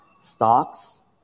Stocks